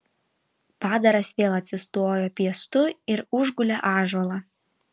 padaras vėl atsistojo piestu ir užgulė ąžuolą